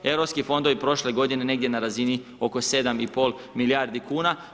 Europski fondovi prošle godine negdje na razini oko 7,5 milijardi kuna.